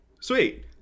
Sweet